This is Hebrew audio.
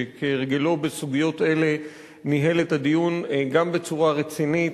שכהרגלו בסוגיות אלה ניהל את הדיון גם בצורה רצינית,